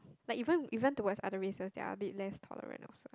like even even towards other races they are a bit less tolerant also